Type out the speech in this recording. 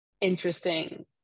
interesting